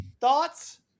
thoughts